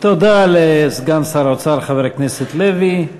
תודה לסגן שר האוצר, חבר הכנסת לוי.